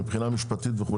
אבל